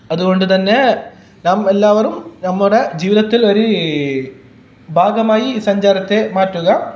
അതുകൊണ്ട് തന്നെ നാം എല്ലാവരും നമ്മുടെ ജീവിതത്തിൽ ഒരു ഭാഗമായി സഞ്ചാരത്തെ മാറ്റുക